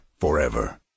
forever